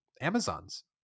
Amazon's